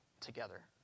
together